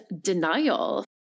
denial